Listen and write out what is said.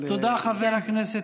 תודה, חבר הכנסת אלון טל.